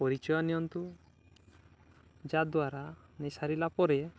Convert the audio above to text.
ପରିଚୟ ନିଅନ୍ତୁ ଯାହା ଦ୍ଵାରା ନେଇସାରିଲା ପରେ